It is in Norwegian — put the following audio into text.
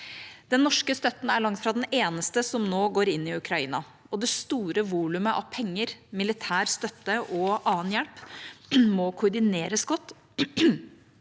Den norske støtten er langt fra den eneste som nå går inn i Ukraina, og det store volumet av penger, militær støtte og annen hjelp må koordineres godt